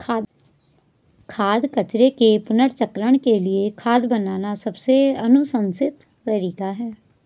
खाद्य कचरे के पुनर्चक्रण के लिए खाद बनाना सबसे अनुशंसित तरीका है